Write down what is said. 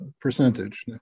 percentage